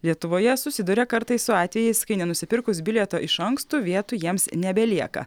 lietuvoje susiduria kartais su atvejais kai nenusipirkus bilieto iš ankstu vietų jiems nebelieka